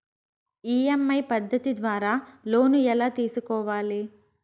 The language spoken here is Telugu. ఇ.ఎమ్.ఐ పద్ధతి ద్వారా లోను ఎలా తీసుకోవాలి